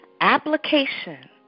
application